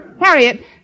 Harriet